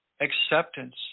acceptance